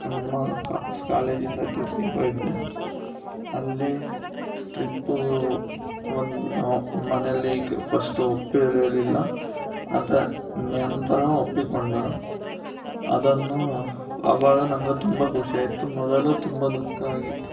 ನಮ್ಮ ಕಾಸ್ ಕಾಲೇಜಿಂದ ಟ್ರಿಪ್ಪಿಗೆ ಹೋಗಿದ್ದೆ ಅಲ್ಲಿ ಟ್ರಿಪ್ಪು ಒಂದು ಮನೆಯಲ್ಲಿ ಕ್ ಫಸ್ಟು ಒಪ್ಪಿರಲಿಲ್ಲ ಅದರ ನಂತರ ಒಪ್ಪಿಕೊಂಡರು ಅದನ್ನು ಅವಾಗ ನಂಗೆ ತುಂಬ ಖುಷಿಯಾಗಿತ್ತು ಮೊದಲು ತುಂಬ ದುಃಖ ಆಗಿತ್ತು